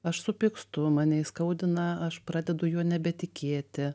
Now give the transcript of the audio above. aš supykstu mane įskaudina aš pradedu juo nebetikėti